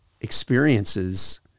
experiences